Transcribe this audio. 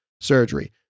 surgery